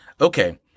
Okay